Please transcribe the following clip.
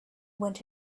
went